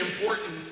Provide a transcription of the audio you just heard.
important